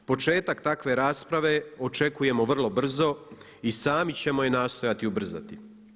Početak takve rasprave očekujemo vrlo brzo i sami ćemo je nastojati ubrzati.